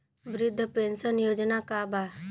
वृद्ध पेंशन योजना का बा?